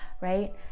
right